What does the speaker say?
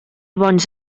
bons